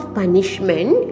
punishment